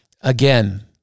Again